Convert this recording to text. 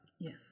Yes